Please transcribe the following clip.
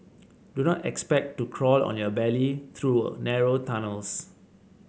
do not expect to crawl on your belly through narrow tunnels